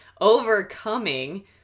overcoming